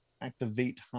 Activate